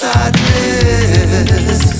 Sadness